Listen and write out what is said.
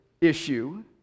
issue